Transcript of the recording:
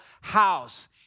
house